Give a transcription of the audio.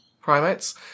primates